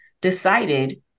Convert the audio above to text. decided